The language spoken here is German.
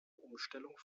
umstellung